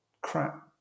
crap